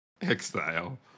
Exile